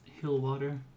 Hillwater